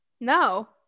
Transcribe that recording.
No